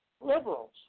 Liberals